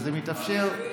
כשזה מתאפשר,